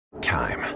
Time